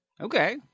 Okay